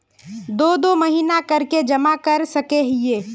दो दो महीना कर के जमा कर सके हिये?